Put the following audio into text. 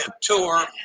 Tour